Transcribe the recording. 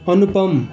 अनुपम